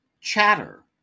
Chatter